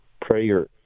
prayer